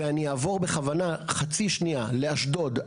ואני אעבור בכוונה חצי שנייה לאשדוד,